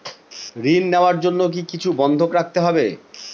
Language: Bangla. ঋণ নেওয়ার জন্য কি কিছু বন্ধক রাখতে হবে?